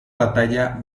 batalla